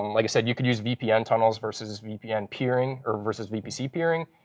um like i said, you can use vpn tunnels versus vpn peering or versus vpc peering.